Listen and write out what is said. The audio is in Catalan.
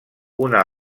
una